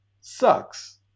Sucks